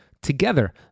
Together